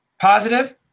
positive